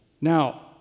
Now